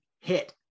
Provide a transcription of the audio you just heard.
hit